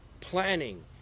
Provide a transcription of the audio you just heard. planning